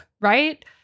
Right